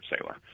sailor